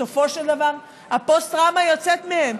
בסופו של דבר הפוסט-טראומה יוצאת מהם.